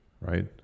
right